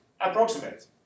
approximate